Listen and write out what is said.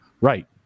right